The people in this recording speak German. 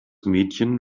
mädchen